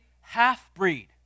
half-breed